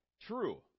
True